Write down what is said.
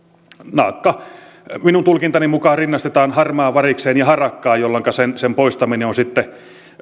naakka minun tulkintani mukaan rinnastetaan harmaavarikseen ja harakkaan jolloinka sen sen poistaminen on sitten